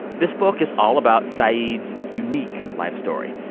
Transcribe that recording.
this book is all about saeed's unique life story.